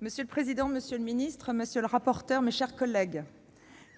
Monsieur le président, monsieur le ministre, mes chers collègues,